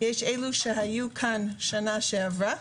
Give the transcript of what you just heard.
אלה שהיו כאן שנה שעברה,